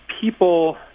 people